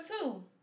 two